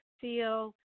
feel